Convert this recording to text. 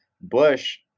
Bush